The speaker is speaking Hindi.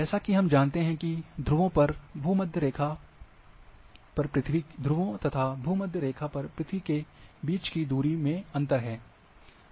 जैसा कि हम जानते हैं की ध्रुवों पर तथा भूमध्य रेखा पर पृथ्वी के बीच की दूरी में अंतर है